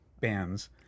bands